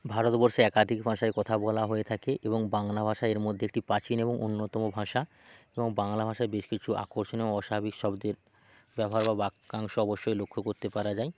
ভারতবর্ষে একাধিক ভাষায় কথা বলা হয়ে থাকে এবং বাংলা ভাষা এর মধ্যে একটি প্রাচীন এবং অন্যতম ভাষা এবং বাংলা ভাষায় বেশ কিছু আকর্ষণীয় ও অস্বাভাবিক শব্দের ব্যবহার বা বাক্যাংশ অবশ্যই লক্ষ্য করতে পারা যায়